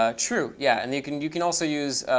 ah true, yeah and you can you can also use